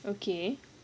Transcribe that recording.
okay